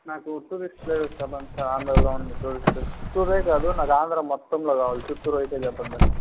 నాకు tourist places చెప్పండి sir ఆంధ్రాలో ఉన్న టూరిస్ట్ ప్లేసెస్ చిత్తూరే కాదు ఆంధ్రా మొత్తం కావాలి చిత్తూరు అయితే చెప్పొద్దండి